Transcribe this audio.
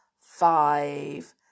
five